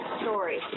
story